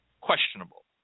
questionable